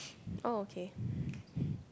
oh okay